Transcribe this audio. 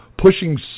pushing